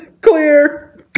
Clear